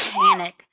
panic